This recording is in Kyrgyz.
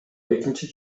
экинчи